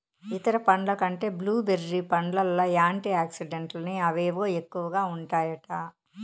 ఇతర పండ్ల కంటే బ్లూ బెర్రీ పండ్లల్ల యాంటీ ఆక్సిడెంట్లని అవేవో ఎక్కువగా ఉంటాయట